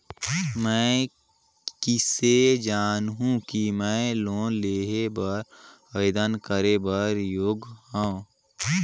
मैं किसे जानहूं कि मैं लोन लेहे बर आवेदन करे बर योग्य हंव?